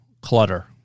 clutter